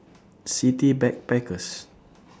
City Backpackers